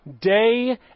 day